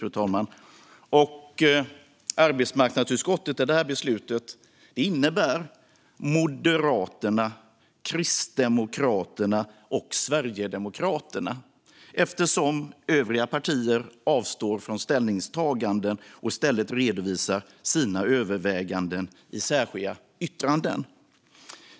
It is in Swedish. I det här beslutet innebär arbetsmarknadsutskottet just Moderaterna, Kristdemokraterna och Sverigedemokraterna eftersom övriga partier avstår från ställningstaganden och i stället redovisar sina överväganden i särskilda yttranden.